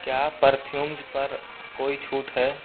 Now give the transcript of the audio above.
क्या परफ्यूम्ज़ पर कोई छूट है